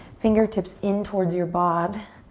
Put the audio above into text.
fingertips in towards your bod.